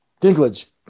Dinklage